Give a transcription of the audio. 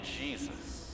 Jesus